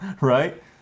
right